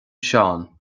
seán